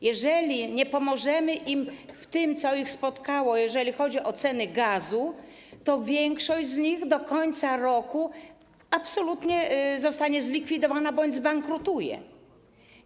Jeżeli nie pomożemy im przy tym, co ich spotkało, jeżeli chodzi o ceny gazu, to większość z nich do końca roku absolutnie zostanie zlikwidowana bądź zbankrutuje.